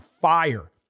fire